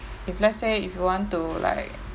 if let's say if you want to like